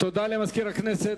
תודה למזכיר הכנסת.